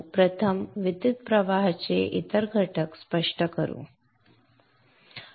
प्रथम विद्युत प्रवाहाचे इतर घटक स्पष्ट करू